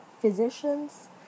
physicians